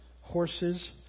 horses